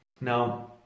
Now